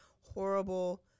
horrible